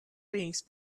things